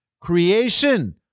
Creation